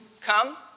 come